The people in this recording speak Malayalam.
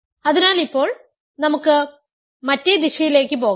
അതിനാൽ ഇപ്പോൾ നമുക്ക് മറ്റേ ദിശയിലേക്ക് പോകാം